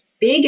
big